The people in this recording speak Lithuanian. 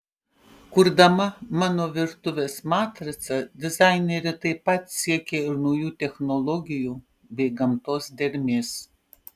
kurdama mano virtuvės matricą dizainerė taip pat siekė ir naujų technologijų bei gamtos dermės